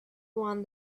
one